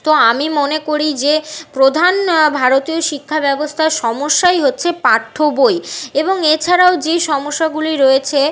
তো আমি মনে করি যে প্রধান ভারতীয় শিক্ষা ব্যবস্থার সমস্যাই হচ্ছে পাঠ্য বই এবং এ ছাড়াও যে সমস্যাগুলি রয়েছে